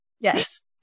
Yes